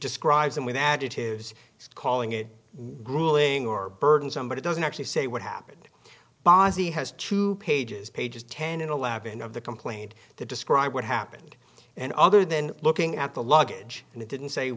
describes and with additives calling it grueling or burdensome but it doesn't actually say what happened because he has two pages pages ten in a lab in of the complaint to describe what happened and other than looking at the luggage and it didn't say